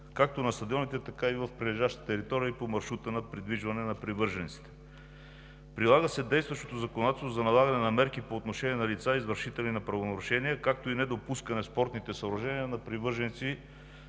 както на стадионите, така и в прилежащите територии по маршрута на придвижване на привържениците. Прилага се действащото законодателство за налагане на мерки по отношение на лица извършители на правонарушения, както и недопускане спортните съоръжения на привърженици